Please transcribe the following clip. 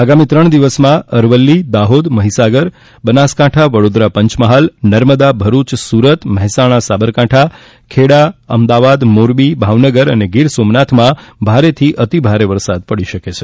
આગામી ત્રણ દિવસમાં અરવલ્લી દાહોદ મહીસાગર બનાસકાંઠા વડોદરા પંચમહાલ નર્મદા ભરૂચ સુરત મહેસાણા સાબરકાંઠા ખેડા અમદાવાદ મોરબી ભાવનગર અને ગીર સોમનાથમાં ભારેથી અતિ ભારે વરસાદ પડી શકે છે